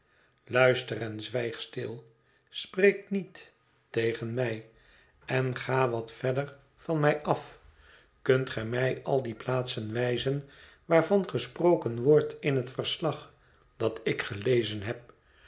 en zwijg stil spreek niet tegen mij en ga wat verder van mij af kunt gij mij al die plaatsen wijzen waarvan gesproken wordt in het verslag dat ik gelezen heb